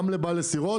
גם לבעלי סירות